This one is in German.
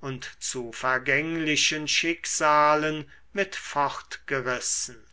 und zu vergänglichen schicksalen mit fortgerissen